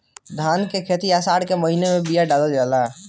धान की खेती आसार के महीना में बिया डालल जाला?